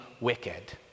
wicked